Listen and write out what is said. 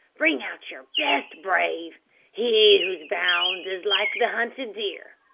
bring out your best brave he whose bound is like the hunted deer.